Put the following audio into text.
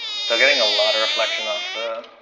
still getting a lot of reflection off the